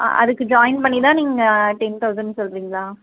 அ அதுக்கு ஜாயின் பண்ணிதான் நீங்கள் டென் தவுசன்னு சொல்கிறிங்களா